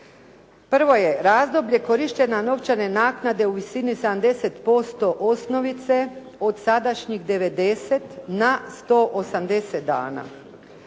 Prvo je razdoblje korištenja novčane naknade u visini 70% osnovice od sadašnjih 90 na 180 dana,